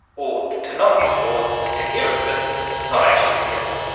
or to not hear it, or to hear it but not actually to hear it.